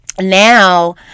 now